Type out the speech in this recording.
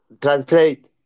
translate